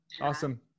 Awesome